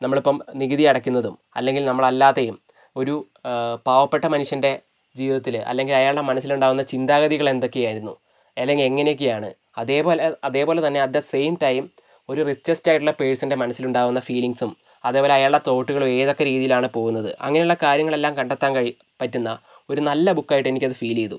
നമ്മളിപ്പം നികുതി അടയ്ക്കുന്നതും അല്ലെങ്കിൽ നമ്മള് അല്ലാതെയും ഒരു പാവപ്പെട്ട മനുഷ്യൻ്റെ ജീവിതത്തില് അല്ലെങ്കിൽ അയാളുടെ മനസ്സിൽ ഉണ്ടാക്കുന്ന ചിന്താഗതികൾ എന്തൊക്കെയായിരുന്നു അല്ലെങ്കിൽ എങ്ങനെയൊക്കെയാണ് അതേപോലെ അതേപോലെത്തന്നെ അറ്റ് ദി സെയിം ടൈം ഒരു റിച്ചസ്റ്റ് ആയിട്ടുള്ള പേഴ്സണിൻ്റെ മനസ്സിലുണ്ടാകുന്ന ഫീലിംഗ്സും അതേപോലെ അയാളുടെ തോട്ടുകളും ഏതൊക്കെ രീതിലാണ് പോകുന്നത് അങ്ങനെയുള്ള കാര്യങ്ങളെല്ലാം കണ്ടെത്താൻ കഴി പറ്റുന്ന ഒരു നല്ല ബുക്കായിട്ട് എനിക്ക് അത് ഫീൽ ചെയ്തു